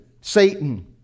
Satan